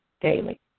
daily